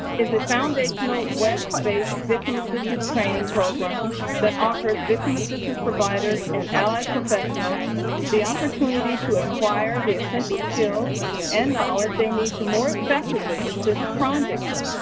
is a foundational web-based victim assistance training program that offers victim assistance providers and allied professionals the opportunity to acquire the essential skills and knowledge they need to more effectively assist crime victims.